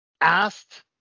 asked